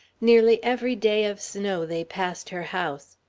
nearly every day of snow they passed her house.